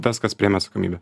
tas kas priėmė atsakomybę